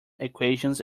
equations